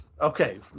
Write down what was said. Okay